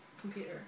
computer